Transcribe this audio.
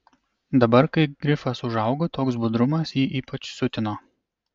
dabar kai grifas užaugo toks budrumas jį ypač siutino